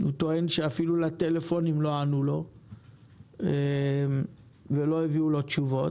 הוא טוען שאפילו לטלפון לא ענו לו ולא נתנו לו תשובות.